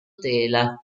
tela